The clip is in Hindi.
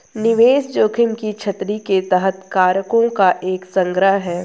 निवेश जोखिम की छतरी के तहत कारकों का एक संग्रह है